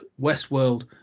Westworld